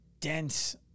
dense